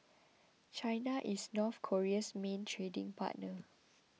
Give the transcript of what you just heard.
China is North Korea's main trading partner